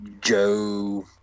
Joe